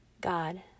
God